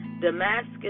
Damascus